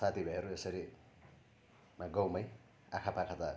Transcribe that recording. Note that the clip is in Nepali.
साथीभाइहरू यसरी मा गाउँमै आखापाखा त